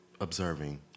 observing